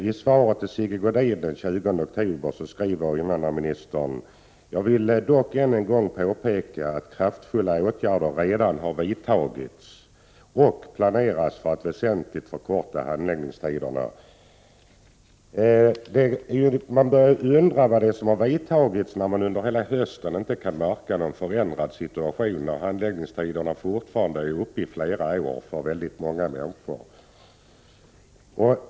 I svaret till Sigge Godin den 20 oktober sade invandrarministern: ”Jag vill dock än en gång påpeka att kraftfulla åtgärder redan har vidtagits och planeras för att väsentligt förkorta handläggningstiderna.” Man börjar undra vilka åtgärder som har vidtagits när det under hela hösten inte har gått att märka någon förändring i situationen och när handläggningstiderna fortfarande är uppe i flera år för många människor.